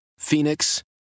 Phoenix